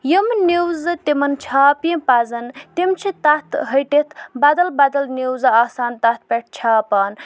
یِم نِوزٕ تِمن چھاپَنہِ پَزن تِم چھِ تَتھ ۂٹِتھ بدل بدل نِوزٕ آسان تتھ پٮ۪ٹھ چھاپان